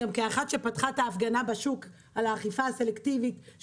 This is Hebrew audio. כאחת שפתחה את ההפגנה בשוק על האכיפה הסלקטיבית,